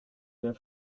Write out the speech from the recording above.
der